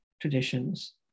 traditions